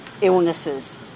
illnesses